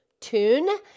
tune